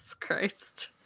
Christ